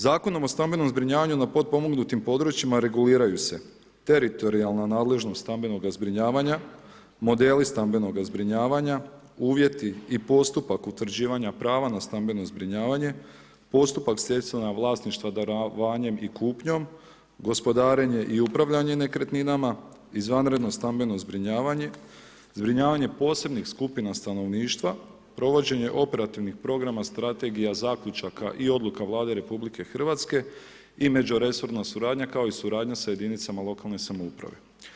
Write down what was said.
Zakonom o stambenom zbrinjavanju na potpomognutim područjima reguliraju se teritorijalna nadležnost stambenoga zbrinjavanja, modeli stambenoga zbrinjavanja, uvjeti i postupak utvrđivanja prava na stambeno zbrinjavanja, postupak stjecanja vlasništva darovanjem i kupnjom, gospodarenje i upravljanje nekretninama, izvanredno stambeno zbrinjavanje, zbrinjavanje posebnih skupina stanovništva, provođenje operativnih programa, strategija, zaključaka i odluka Vlade RH i međuresorna suradnja, kao i suradnja sa jedinicama lokalne samouprave.